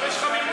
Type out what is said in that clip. מה,